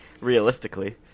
Realistically